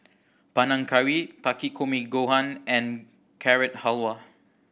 Panang Curry Takikomi Gohan and Carrot Halwa